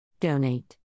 Donate